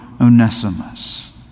Onesimus